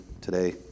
today